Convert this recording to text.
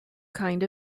kind